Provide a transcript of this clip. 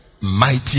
mighty